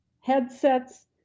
headsets